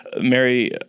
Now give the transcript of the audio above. Mary